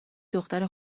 دختر